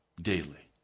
daily